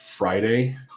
Friday